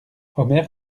omer